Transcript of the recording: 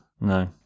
No